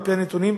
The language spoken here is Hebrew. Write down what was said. על-פי הנתונים,